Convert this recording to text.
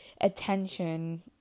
attention